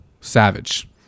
savage